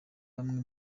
bamwe